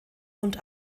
und